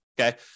okay